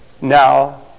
now